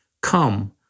come